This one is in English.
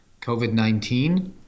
COVID-19